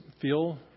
feel